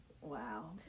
wow